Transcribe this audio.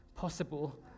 possible